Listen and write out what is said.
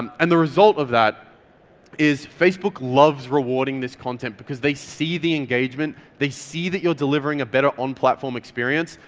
um and the result of that is, facebook loves rewarding this content because they see the engagement, they see that you're delivering a better on platform experience,